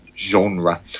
genre